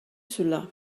cela